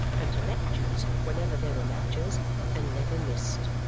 and to lectures whenever there were lectures and never missed.